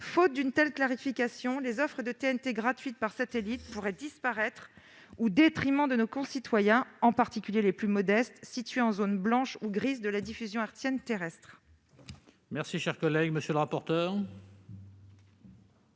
Faute d'une telle clarification, les offres de TNT gratuite par satellite pourraient disparaître, au détriment de nos concitoyens, en particulier les plus modestes, situés en zone blanche ou grise de la diffusion hertzienne terrestre.